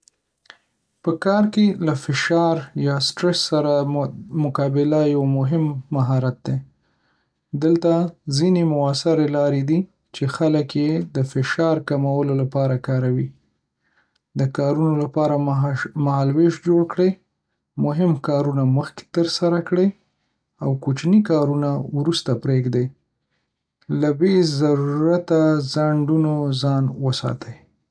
په کار کې له فشار یا استرس سره مقابله یو مهم مهارت دی. دلته ځینې مؤثرې لارې دي چې خلک یې د فشار کمولو لپاره کاروي: د کارونو لپاره مهالوېش جوړ کړئ. مهم کارونه مخکې ترسره کړئ او کوچني کارونه وروسته پرېږدئ له بې ضرورته ځنډولو ځان وساتئ.